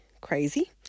crazy